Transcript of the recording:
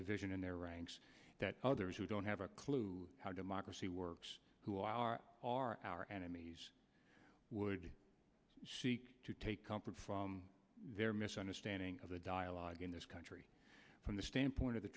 division in their ranks that others who don't have a clue how democracy works who are our our enemies would seek to take comfort from their misunderstanding of the dialogue in this country from the standpoint of the